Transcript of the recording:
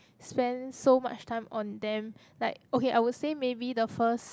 spend so much time on them like okay I would say maybe the first